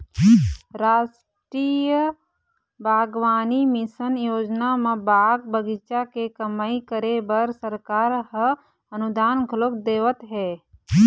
रास्टीय बागबानी मिसन योजना म बाग बगीचा के कमई करे बर सरकार ह अनुदान घलोक देवत हे